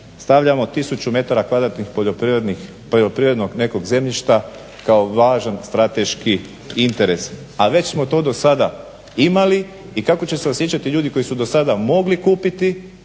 stavljamo tisuću metara kvadratnih poljoprivrednog nekog zemljišta kao važan strateški interes a već smo to do sada imali i kako će se osjećati ljudi koji su do sada mogli kupiti,